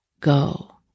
go